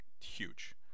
Huge